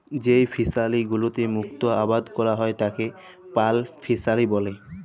যেই ফিশারি গুলোতে মুক্ত আবাদ ক্যরা হ্যয় তাকে পার্ল ফিসারী ব্যলে